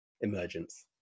emergence